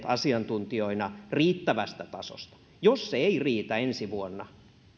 asiantuntijoina tehneet riittävästä tasosta jos se ei riitä ensi vuonna